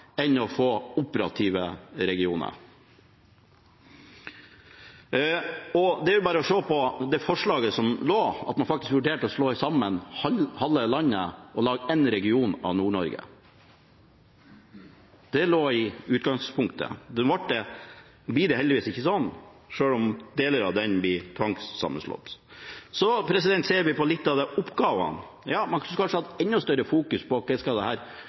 enn å få operative regioner. Det er bare å se på forslaget som lå her om at man faktisk vurderte å slå sammen halve landet og lage én region av Nord-Norge. Det lå der i utgangspunktet. Det blir heldigvis ikke sånn, selv om deler blir tvangssammenslått. Ser vi på oppgavene, skulle man kanskje hatt enda større fokus på hva disse regionene skal